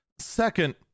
Second